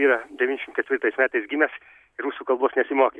yra devyniasdešim ketvirtais metais gimęs rusų kalbos nesimokė